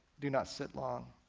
do not sit long.